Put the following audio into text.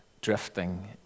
drifting